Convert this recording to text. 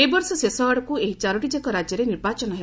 ଏବର୍ଷ ଶେଷଆଡ଼କୁ ଏହି ଚାରୋଟିଯାକ ରାଜ୍ୟରେ ନିର୍ବାଚନ ହେବ